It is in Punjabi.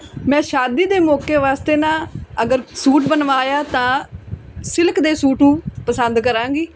ਮੈਂ ਸ਼ਾਦੀ ਦੇ ਮੌਕੇ ਵਾਸਤੇ ਨਾ ਅਗਰ ਸੂਟ ਬਣਵਾਇਆ ਤਾਂ ਸਿਲਕ ਦੇ ਸੂਟ ਨੂੰ ਪਸੰਦ ਕਰਾਂਗੀ